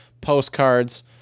postcards